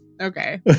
Okay